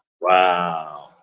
Wow